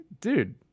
Dude